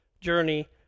journey